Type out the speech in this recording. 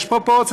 יש פרופורציות.